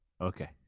Okay